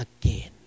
again